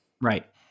Right